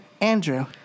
Andrew